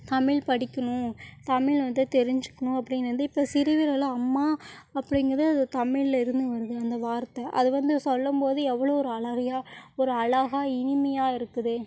தமிழ் படிக்கணும் தமிழ் வந்து தெரிஞ்சுக்கணும் அப்படின்னு வந்து இப்போ சிறியவர்லாம் அம்மா அப்படிங்கறது அது தமிழ்ல இருந்து இங்கே வருது அந்த வார்த்தை அது வந்து சொல்லும் போது எவ்வளோ ஒரு அளாரியாக ஒரு அழகா இனிமையாக இருக்குதே